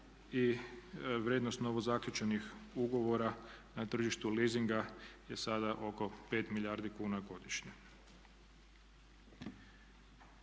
i vrijednost novo zaključenih ugovora na tržištu leasinga je sada oko 5 milijardi kuna godišnje.